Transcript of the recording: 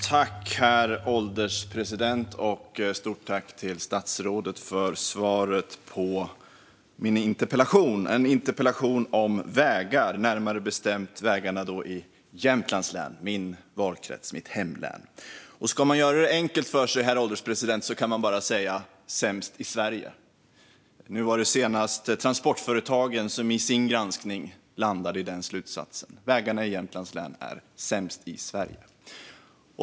Herr ålderspresident! Stort tack till statsrådet för svaret på min interpellation - en interpellation om vägar, närmare bestämt vägarna i Jämtlands län, min valkrets och mitt hemlän. Ska man göra det enkelt för sig, herr ålderspresident, kan man bara säga: sämst i Sverige. Nu senast var det Transportföretagen som i sin granskning landade i den slutsatsen: Vägarna i Jämtlands län är sämst i Sverige.